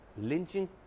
lynching